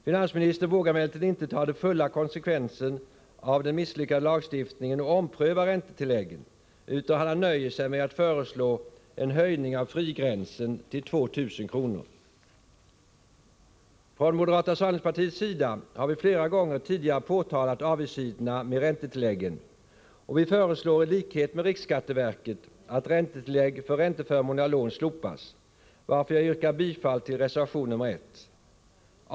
Finansministern vågar emellertid inte ta den fulla konsekvensen av den misslyckade lagstiftningen och ompröva räntetilläggen utan nöjer sig med att föreslå en höjning av frigränsen till 2 000 kr. Från moderata samlingspartiets sida har vi flera gånger tidigare påtalat avigsidorna med räntetilläggen, och vi föreslår i likhet med riksskatteverket att räntetillägg för ränteförmånliga lån slopas, varför jag yrkar bifall till reservation 1.